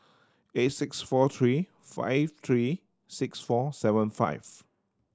eight six four three five three six four seven five